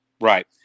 Right